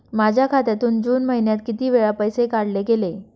माझ्या खात्यातून जून महिन्यात किती वेळा पैसे काढले गेले?